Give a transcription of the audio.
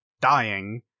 dying